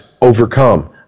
Overcome